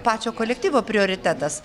pačio kolektyvo prioritetas